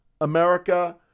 America